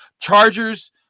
Chargers